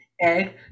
egg